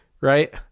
right